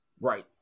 Right